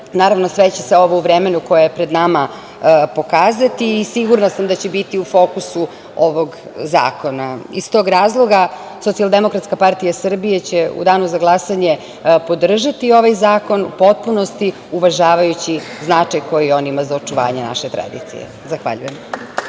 Naravno, sve će se ovo u vremenu koji je pred nama pokazati. Sigurna sam da će biti u fokusu ovog zakona. Iz tog razloga SDPS će u danu za glasanje podržati ovaj zakon u potpunosti, uvažavajući značaj koji on ima za očuvanje naše tradicije. Zahvaljujem.